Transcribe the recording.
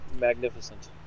magnificent